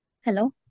Hello